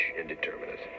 indeterminate